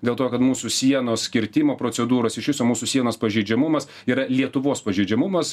dėl to kad mūsų sienos kirtimo procedūros iš viso mūsų sienos pažeidžiamumas yra lietuvos pažeidžiamumas